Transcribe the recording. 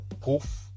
Poof